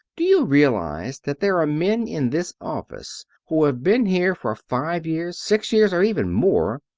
do you realize that there are men in this office who have been here for five years, six years, or even more,